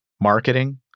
marketing